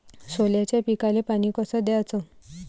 सोल्याच्या पिकाले पानी कस द्याचं?